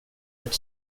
ett